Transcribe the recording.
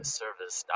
service